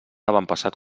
avantpassat